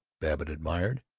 babbitt admired.